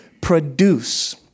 produce